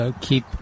keep